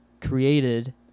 created